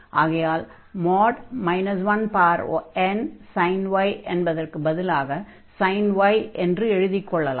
ஆகையால் 1nsin y என்பதற்குப் பதிலாக sin y என்று எழுதிக்கொள்ளலாம்